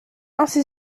ainsi